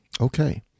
Okay